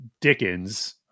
Dickens